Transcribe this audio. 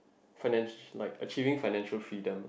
finance like achieving financial freedom